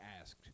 asked